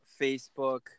facebook